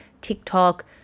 TikTok